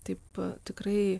taip tikrai